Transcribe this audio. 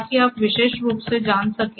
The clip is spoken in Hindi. ताकि आप विशेष रूप से जान सकें